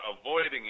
avoiding